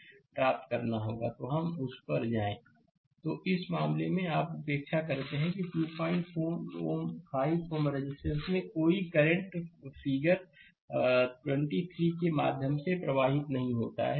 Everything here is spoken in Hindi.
स्लाइड समय देखें 2204 तो इस मामले में आप उपेक्षा करते हैं कि25 Ω रेजिस्टेंस में कोई करंट फिगर 23 के माध्यम से प्रवाहित नहीं होता है